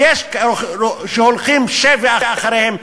ויש שהולכים שבי אחריהם.